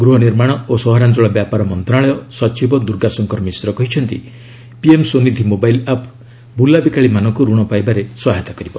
ଗୃହ ନିର୍ମାଣ ଓ ସହରାଞ୍ଚଳ ବ୍ୟାପାର ମନ୍ତ୍ରଣାଳୟ ସଚିବ ଦୁର୍ଗା ଶଙ୍କର ମିଶ୍ର କହିଛନ୍ତି ପିଏମ୍ ସ୍ୱନିଧି ମୋବାଇଲ୍ ଆପ୍ ବୁଲାବିକାଳି ମାନଙ୍କୁ ଋଣ ପାଇବାରେ ସହାୟତା କରିବ